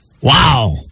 Wow